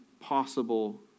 possible